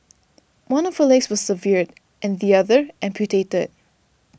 one of her legs was severed and the other amputated